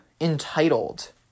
entitled